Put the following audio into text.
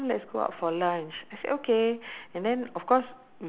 the pick up point the the transport pick up point